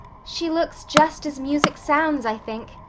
she looks just as music sounds, i think,